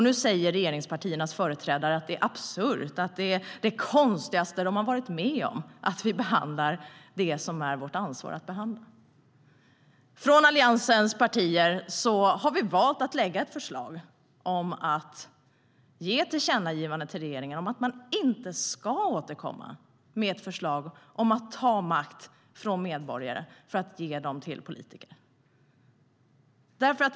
Nu säger regeringspartiernas företrädare att det är absurt, att det är det konstigaste de har varit med om att vi behandlar det som är vårt ansvar att behandla.Från allianspartierna har vi valt att lägga fram förslaget att ge ett tillkännagivande till regeringen om att regeringen inte ska återkomma med ett förslag om att ta makten från medborgare för att ge den till politikerna.